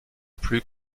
plus